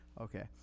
Okay